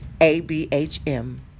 A-B-H-M